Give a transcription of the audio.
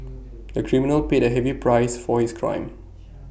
the criminal paid A heavy price for his crime